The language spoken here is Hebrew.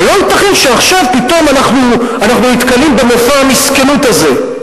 ולא ייתכן שעכשיו פתאום אנחנו נתקלים במופע המסכנות הזה.